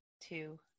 two